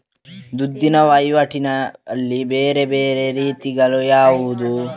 ದುಡ್ಡಿನ ವಹಿವಾಟಿನಲ್ಲಿರುವ ಬೇರೆ ಬೇರೆ ರೀತಿಗಳು ಯಾವುದು?